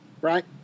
right